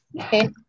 okay